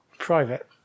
Private